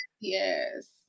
Yes